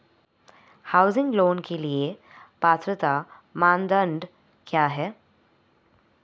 Housing loan के लिए पात्रता मानदंड क्या हैं?